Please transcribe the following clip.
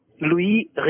Louis